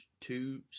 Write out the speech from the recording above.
two